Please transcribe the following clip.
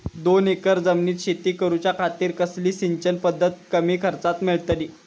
दोन एकर जमिनीत शेती करूच्या खातीर कसली सिंचन पध्दत कमी खर्चात मेलतली?